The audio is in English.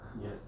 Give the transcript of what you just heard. Yes